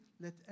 let